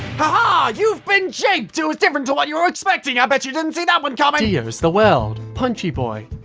ah you've been japed! it was different to what you were expecting i bet you didn't see that one coming dio's the world punchy boy.